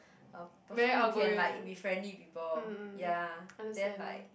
a person who can like be friendly with people ya then like